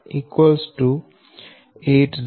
27 8013